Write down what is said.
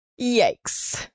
Yikes